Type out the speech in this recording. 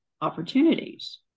opportunities